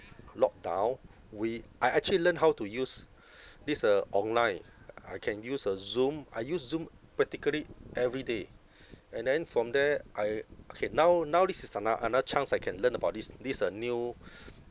lockdown we I actually learned how to use this uh online I can use a Zoom I use Zoom practically every day and then from there I okay now now this is ano~ another chance I can learn about this this uh new